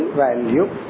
value